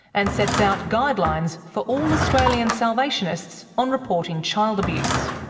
and sets out guidelines for all australian salvationists on reporting child abuse.